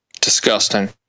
Disgusting